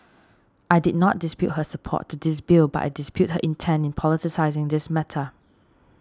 I did not dispute her support to this bill but I dispute her intent in politicising this matter